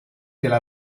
della